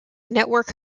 network